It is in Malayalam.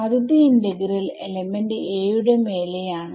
ആദ്യത്തെ ഇന്റഗ്രൽ എലമെന്റ് a യുടെ മേലെ ആണ്